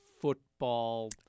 football